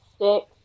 six